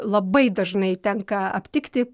labai dažnai tenka aptikti